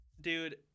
Dude